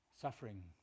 Suffering